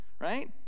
right